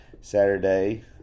Saturday